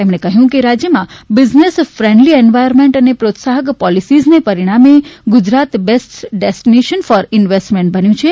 તેમણે કહ્યુ કે રાજ્યમાં બિઝનેસ ફ્રેન્ડલી એન્વાયરમેન્ટ અને પ્રોત્સાહક પોલિસીઝને પરિણામે Gujarat best destination for investment બન્યું છે